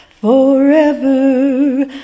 Forever